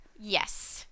Yes